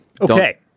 Okay